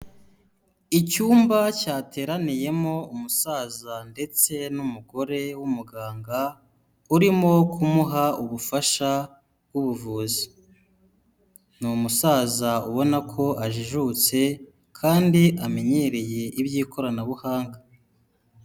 Icyumba cyateraniyemo umusaza ndetse n'umugore w'umuganga urimo kumuha ubufasha bw'ubuvuzi, ni umusaza ubona ko ajijutse kandi amenyereye iby'ikoranabuhanga.